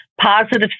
positive